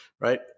right